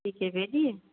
ठीक है भेजिए